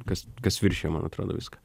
kas kas viršijo man atrodo viską